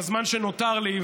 בזמן שנותר לי,